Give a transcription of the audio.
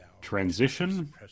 transition